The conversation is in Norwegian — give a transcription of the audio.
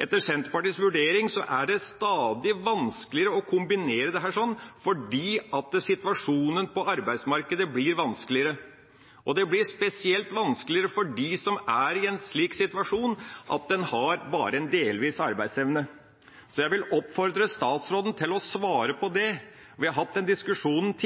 Etter Senterpartiets vurdering er det stadig vanskeligere å kombinere dette, fordi situasjonen på arbeidsmarkedet blir vanskeligere, og det blir spesielt vanskelig for dem som er i en slik situasjon at de bare har en delvis arbeidsevne. Jeg vil oppfordre statsråden til å svare på det. Vi har tidligere i vår hatt en